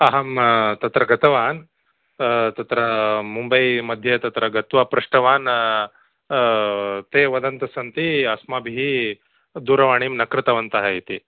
अहं तत्र गतवान् तत्र मुम्बैमध्ये तत्र गत्वा पृष्टवान् ते वदन्तःसन्ति अस्माभिः दूरवाणीं न कृतवन्तः इति